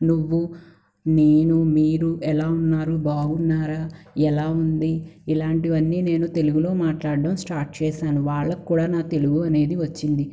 నువ్వు నేను మీరు ఎలా ఉన్నారు బాగున్నారా ఎలా ఉంది ఇలాంటివన్నీ నేను తెలుగులో మాట్లాడడం స్టార్ట్ చేశాను వాళ్ళకు కూడా నా తెలుగు అనేది వచ్చింది